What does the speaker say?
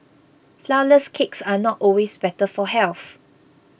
Flourless Cakes are not always better for health